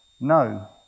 no